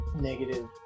negative